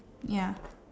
ya